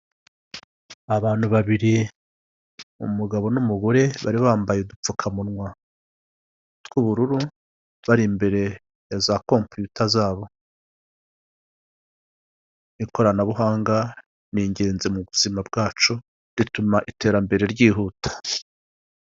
Abantu babiri, umugabo n'umugore bari bambaye udupfukamunwa tw'ubururu bari imbere ya za Computer zabo, ikoranabuhanga n'igenzi mu buzima bwacu rituma iterambere ryihuta.